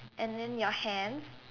and then your hands